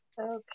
Okay